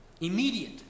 immediate